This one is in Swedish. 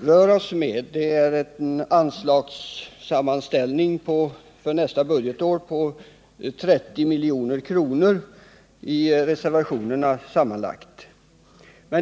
reservationerna gjort en anslagsframställning för nästa budgetår på sammanlagt 30 milj.kr.